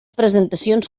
presentacions